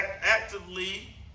actively